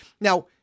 Now